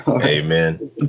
Amen